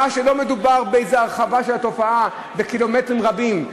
ולא מדובר באיזו תופעה רחבה, בקילומטרים רבים.